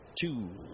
two